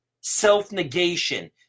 self-negation